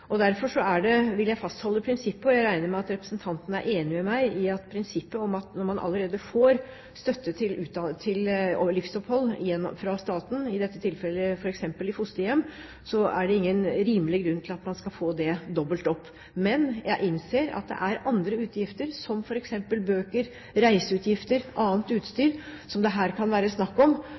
Derfor vil jeg fastholde prinsippet. Jeg regner med at representanten er enig meg når det gjelder dette prinsippet, at når man allerede får støtte til livsopphold fra staten – i dette tilfellet f.eks. i fosterhjem – er det ingen rimelig grunn til at man skal få det dobbelt opp. Men jeg innser at det er andre utgifter, f.eks. til bøker, reiseutgifter og annet utstyr, som det her kan være snakk om.